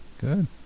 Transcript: good